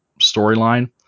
storyline